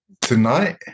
tonight